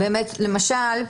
למשל,